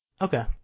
Okay